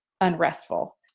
unrestful